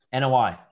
NOI